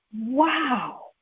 Wow